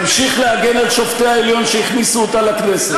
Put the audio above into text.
תמשיך להגן על שופטי העליון שהכניסו אותה לכנסת.